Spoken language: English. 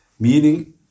Meaning